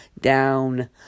down